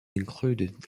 include